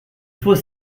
faut